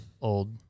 Old